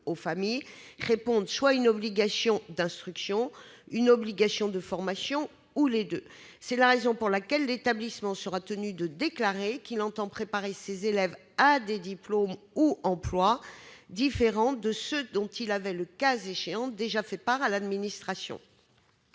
s'il répond à l'obligation d'instruction, à l'obligation de formation ou aux deux. C'est la raison pour laquelle l'établissement sera tenu de déclarer qu'il entend préparer ses élèves à des diplômes ou emplois différents de ceux dont il avait, le cas échéant, déjà fait part à l'administration.